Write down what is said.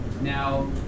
now